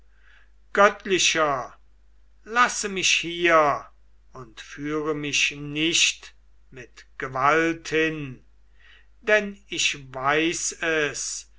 göttlicher lasse mich hier und führe mich nicht mit gewalt hin denn ich weiß es